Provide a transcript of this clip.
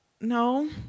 no